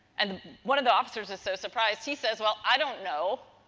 and one of the officers is so surprised, he says well i don't know.